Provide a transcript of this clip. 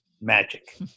Magic